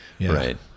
right